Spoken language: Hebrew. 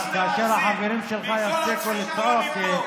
אבל כאשר החברים שלך יפסיקו לצעוק.